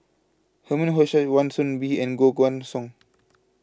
Herman Hochstadt Wan Soon Bee and Koh Guan Song